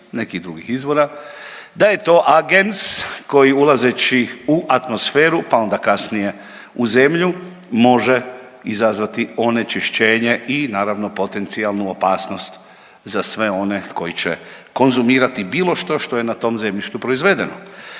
nekih drugih izvora, da je to agens koji ulazeći u atmosferu pa onda kasnije u zemlju može izazvati onečišćenje i naravno potencijalnu opasnost za sve one koji će konzumirati bilo što, što je na tom zemljištu proizvedeno.